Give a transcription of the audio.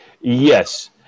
Yes